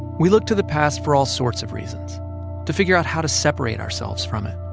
we look to the past for all sorts of reasons to figure out how to separate ourselves from it,